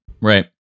right